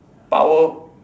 power